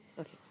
Okay